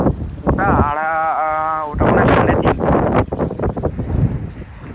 ওটা আড়া ওটা মনে হয় সাড়ে তিন